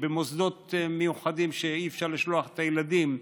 במוסדות מיוחדים שאי-אפשר לשלוח את הילדים.